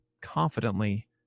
confidently